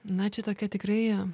na čia tokia tikrai